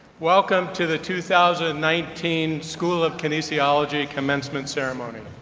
welcome to the two thousand and nineteen school of kinesiology commencement ceremony.